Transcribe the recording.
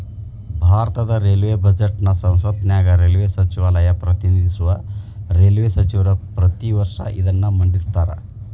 ಭಾರತದ ರೈಲ್ವೇ ಬಜೆಟ್ನ ಸಂಸತ್ತಿನ್ಯಾಗ ರೈಲ್ವೇ ಸಚಿವಾಲಯ ಪ್ರತಿನಿಧಿಸುವ ರೈಲ್ವೇ ಸಚಿವರ ಪ್ರತಿ ವರ್ಷ ಇದನ್ನ ಮಂಡಿಸ್ತಾರ